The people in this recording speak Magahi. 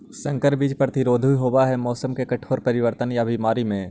संकर बीज प्रतिरोधी होव हई मौसम के कठोर परिवर्तन और बीमारी में